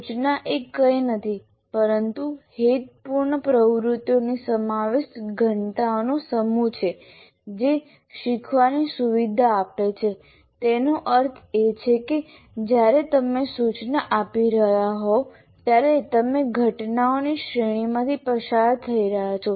સૂચના એ કંઈ નથી પરંતુ હેતુપૂર્ણ પ્રવૃત્તિઓમાં સમાવિષ્ટ ઘટનાઓનો સમૂહ છે જે શીખવાની સુવિધા આપે છે તેનો અર્થ એ છે કે જ્યારે તમે સૂચના આપી રહ્યા હોવ ત્યારે તમે ઘટનાઓની શ્રેણીમાંથી પસાર થઈ રહ્યા છો